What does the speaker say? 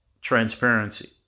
transparency